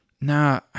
Nah